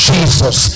Jesus